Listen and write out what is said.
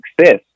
success